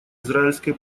израильской